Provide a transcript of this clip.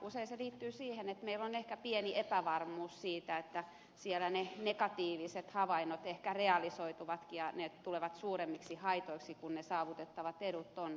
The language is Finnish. usein se liittyy siihen että meillä on ehkä pieni epävarmuus siitä että siellä ne negatiiviset havainnot ehkä realisoituvatkin ja ne tulevat suuremmiksi haitoiksi kuin ne saavutettavat edut ovat